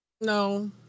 No